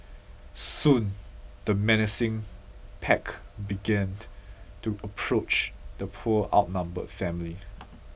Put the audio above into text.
soon the menacing pack began to approach the poor outnumbered family